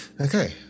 Okay